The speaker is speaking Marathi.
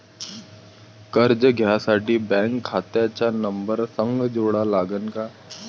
कर्ज घ्यासाठी बँक खात्याचा नंबर संग जोडा लागन का?